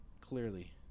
Clearly